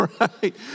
right